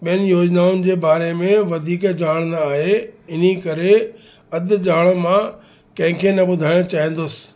ॿियनि योजनाउनि जे बारे में वधीक ॼाण न आहे हिन ई करे अधु ॼाण मां कंहिंखे न ॿुधाइणु चाहींदुसि